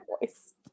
voice